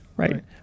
Right